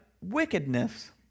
wickedness